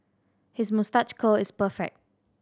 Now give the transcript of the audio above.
his moustache curl is perfect